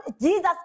Jesus